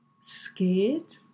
scared